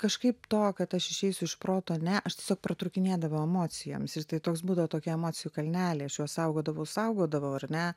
kažkaip to kad aš išeisiu iš proto ne aš tiesiog pratrūkinėdavau emocijomis ir tai toks būdavo tokie emocijų kalneliai aš juos saugodavo saugodavo ar ne